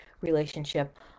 relationship